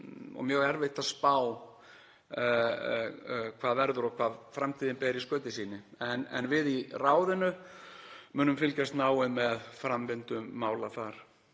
og mjög erfitt að spá hvað verður og hvað framtíðin ber í skauti sínu. En við í ráðinu munum fylgjast náið með framvindu mála þar.